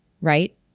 right